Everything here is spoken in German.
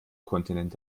kontinent